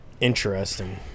Interesting